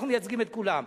אנחנו מייצגים את כולם.